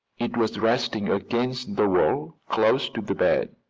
it was resting against the wall, close to the bed.